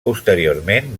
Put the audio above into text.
posteriorment